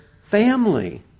family